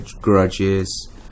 Grudges